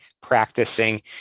practicing